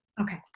okay